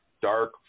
Dark